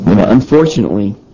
Unfortunately